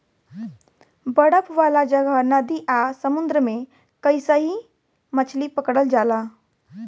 बरफ वाला जगह, नदी आ समुंद्र में अइसही मछली पकड़ल जाला